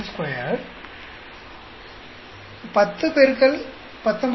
92 10 X 19